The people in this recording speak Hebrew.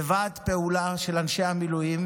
בוועד פעולה של אנשי המילואים,